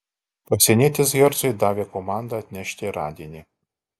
pasienietis hercui davė komandą atnešti radinį